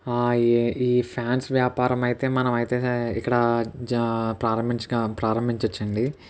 ఈ ఈ ఫాన్స్ వ్యాపారం అయితే మనం అయితే ఇక్కడ జ ప్రారంభించగా ప్రారంభించ వచ్చు అండి